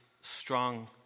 strong